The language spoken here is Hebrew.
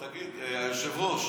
תגיד, היושב-ראש,